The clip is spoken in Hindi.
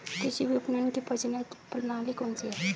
कृषि विपणन की प्रचलित प्रणाली कौन सी है?